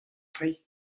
tre